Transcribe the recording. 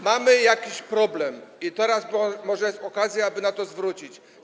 Mamy jakiś problem i teraz może jest okazja, aby na to zwrócić uwagę.